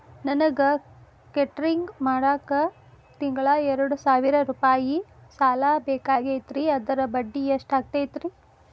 ನನಗ ಕೇಟರಿಂಗ್ ಮಾಡಾಕ್ ತಿಂಗಳಾ ಎರಡು ಸಾವಿರ ರೂಪಾಯಿ ಸಾಲ ಬೇಕಾಗೈತರಿ ಅದರ ಬಡ್ಡಿ ಎಷ್ಟ ಆಗತೈತ್ರಿ?